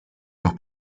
los